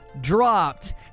dropped